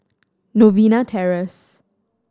Novena Terrace